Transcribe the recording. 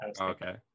okay